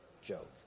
joke